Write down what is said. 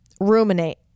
ruminate